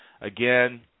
again